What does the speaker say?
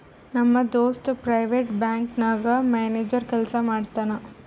ನಮ್ ದೋಸ್ತ private bank ನಾಗ್ ಮ್ಯಾನೇಜರ್ ಕೆಲ್ಸಾ ಮಾಡ್ತಾನ್